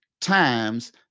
times